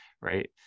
right